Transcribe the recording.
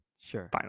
Sure